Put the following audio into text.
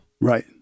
Right